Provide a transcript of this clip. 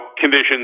conditions